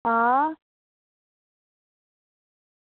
आं